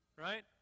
Right